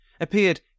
appeared